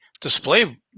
display